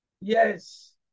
yes